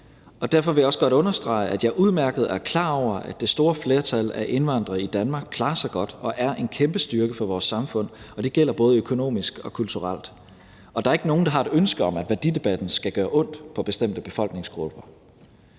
Derfor vil jeg også godt understrege, at jeg udmærket er klar over, at det store flertal af indvandrere i Danmark klarer sig godt og er en kæmpe styrke for vores samfund, og det gælder både økonomisk og kulturelt, og der er ikke nogen, der har et ønske om, at værdidebatten skal gøre ondt på bestemte befolkningsgrupper.